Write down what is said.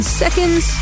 seconds